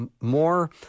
more